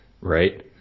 Right